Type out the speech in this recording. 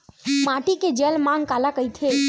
माटी के जलमांग काला कइथे?